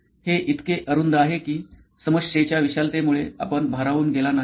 हे इतके अरुंद आहे की समस्येच्या विशालतेमुळे आपण भारावून गेला नाही